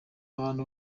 abantu